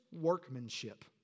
workmanship